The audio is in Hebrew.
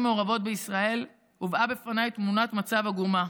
מעורבות בישראל הובאה בפניי תמונת מצב עגומה: